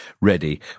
ready